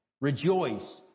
Rejoice